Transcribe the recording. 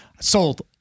sold